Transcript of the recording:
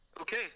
Okay